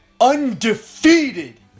undefeated